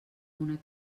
una